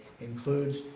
includes